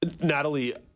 natalie